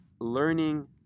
learning